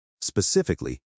Specifically